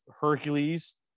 Hercules